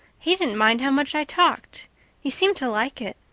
he didn't mind how much i talked he seemed to like it.